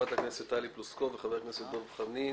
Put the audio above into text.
חברת הכנסת טלי פלוסקוב וחבר הכנסת דב חנין